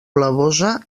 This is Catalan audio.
blavosa